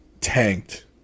tanked